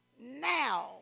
now